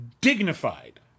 dignified